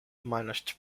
managed